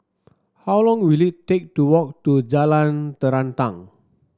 how long will it take to walk to Jalan Terentang